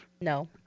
No